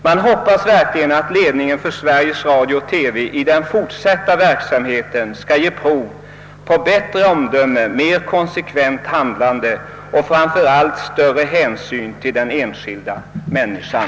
Man hoppas verkligen, att ledningen för Sveriges Radio-TV i den fortsatta verksamheten skall ge prov på bättre omdöme, mer konsekvent hand lande och — framför allt — större hänsyn till den enskilda människan.